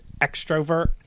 extrovert